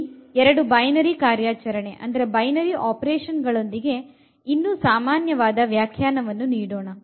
ಇಲ್ಲಿ ಎರೆಡು ಬೈನರಿ ಕಾರ್ಯಾಚರಣೆಗಳೊಂದಿಗೆ ಇನ್ನು ಸಾಮಾನ್ಯ ವ್ಯಾಖ್ಯಾನವನ್ನು ನೀಡೋಣ